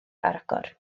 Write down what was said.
agor